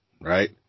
right